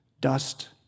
dust